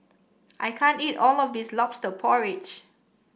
I can't eat all of this lobster porridge